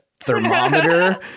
thermometer